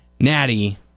Natty